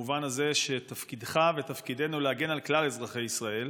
במובן הזה שתפקידך ותפקידנו להגן על כלל אזרחי ישראל.